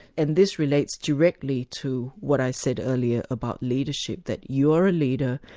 and this relates directly to what i said earlier about leadership, that you're a leader,